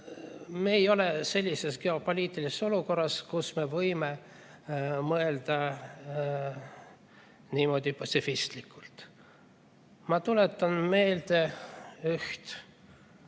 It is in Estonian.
me ei ole sellises geopoliitilises olukorras, kus me võime mõelda niimoodi patsifistlikult. Ma tuletan meelde